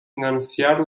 financiar